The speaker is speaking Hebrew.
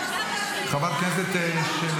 חבר הכנסת גלעד קריב.